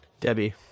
Debbie